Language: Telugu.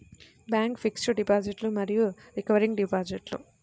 బ్యాంక్ ఫిక్స్డ్ డిపాజిట్లు మరియు రికరింగ్ డిపాజిట్లు